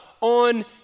on